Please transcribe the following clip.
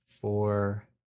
four